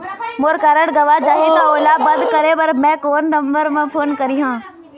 मोर card गंवा जाही त ओला बंद करें बर मैं कोन नंबर म फोन करिह?